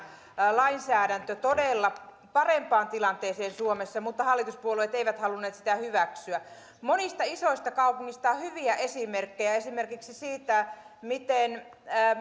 lainsäädäntö todella parempaan tilanteeseen suomessa mutta hallituspuolueet eivät halunneet sitä hyväksyä monista isoista kaupungeista on hyviä esimerkkejä esimerkiksi siitä miten